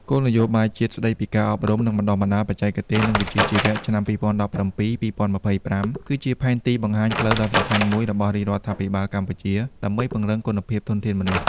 គោលនយោបាយជាតិស្តីពីការអប់រំ និងបណ្តុះបណ្តាលបច្ចេកទេស និងវិជ្ជាជីវៈឆ្នាំ២០១៧-២០២៥ គឺជាផែនទីបង្ហាញផ្លូវដ៏សំខាន់មួយរបស់រាជរដ្ឋាភិបាលកម្ពុជា ដើម្បីពង្រឹងគុណភាពធនធានមនុស្ស។